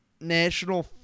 National